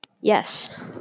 Yes